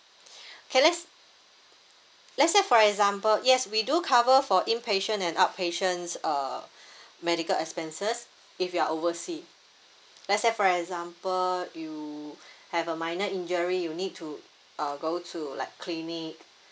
K let's let's say for example yes we do cover for in patient and out patience uh medical expenses if you are overseas let's say for example you have a minor injury you need to uh go to like clinic